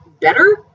better